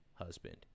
husband